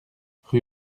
rue